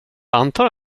antar